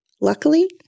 Luckily